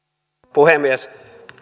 puhemies